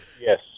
Yes